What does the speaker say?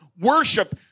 worship